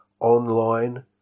online